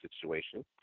situation